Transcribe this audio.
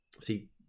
See